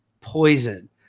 poison